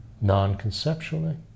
non-conceptually